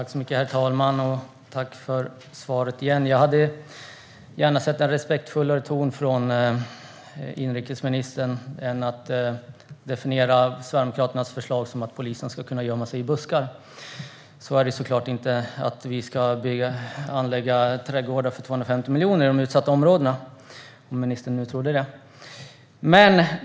Herr talman! Jag tackar åter för svaret. Jag hade gärna hört en respektfullare ton från inrikesministern. Han beskriver Sverigedemokraternas förslag som att polisen ska kunna gömma sig i buskar. Så är det såklart inte. Vi ska inte anlägga trädgårdar för 250 miljoner i de utsatta områdena, om ministern nu trodde det.